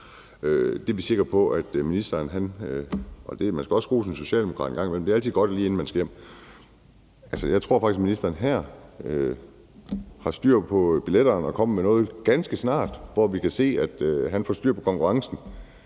Det er vi sikre på at ministeren har styr på. Man skal også rose en socialdemokrat en gang imellem, det er altid godt, lige inden man skal hjem. Altså, jeg tror faktisk, at ministeren her har styr på billetterne og kommer med noget ganske snart, hvor vi kan se, at han får styr på konkurrencen.